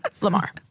lamar